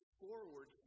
forward